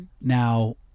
Now